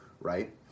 right